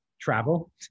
travel